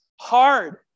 hard